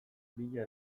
bila